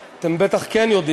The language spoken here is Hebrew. אני חושב שפה אתם בטח כן יודעים,